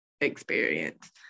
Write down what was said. experience